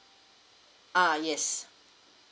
ah yes